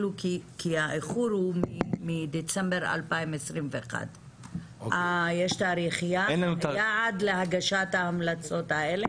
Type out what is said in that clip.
כי האיחור הוא מדצמבר 2021. יש תאריך יעד להגשת ההמלצות האלה?